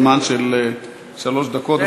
אני באמת מבקש להקפיד על מסגרת הזמן של שלוש דקות.